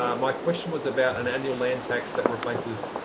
um my question was about an annual land tax that replaces